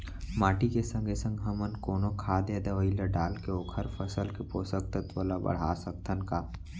माटी के संगे संग हमन कोनो खाद या दवई ल डालके ओखर फसल के पोषकतत्त्व ल बढ़ा सकथन का?